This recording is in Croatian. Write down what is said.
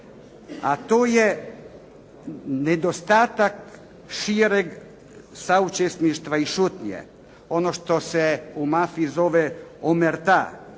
A to je nedostatak šireg saučesništva i šutnje. Ono što se u mafiji zove omerda,